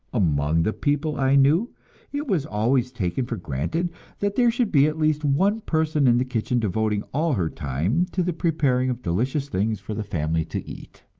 among the people i knew it was always taken for granted that there should be at least one person in the kitchen devoting all her time to the preparing of delicious things for the family to eat.